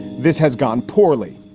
this has gone poorly.